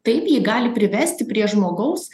taip ji gali privesti prie žmogaus